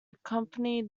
accompany